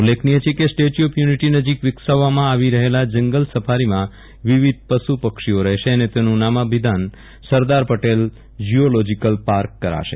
ઉલ્લેખનીય છે કે સ્ટેચ્યુ ઓફ યુનિટી નજીક વિકસાવવામાં આવી રહેલા જંગલ સફારીમાં વિવિધ પશુ પક્ષીઓ રહેશે અને તેનું નામાભિધાન સરદાર પટેલ ઝૂઓલોજિક્લ પાર્ક કરાશે